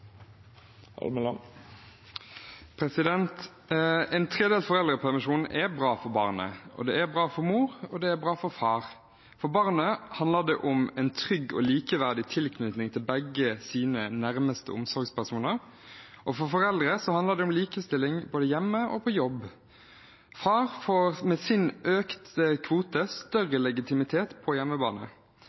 det er bra for far. For barnet handler det om en trygg og likeverdig tilknytning til begge de nærmeste omsorgspersonene. For foreldrene handler det om likestilling, både hjemme og på jobb. Far får med sin økte kvote større legitimitet på hjemmebane.